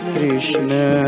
Krishna